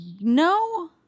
No